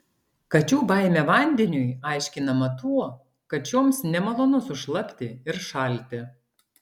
kačių baimė vandeniui aiškinama tuo kad šioms nemalonu sušlapti ir šalti